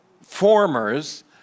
formers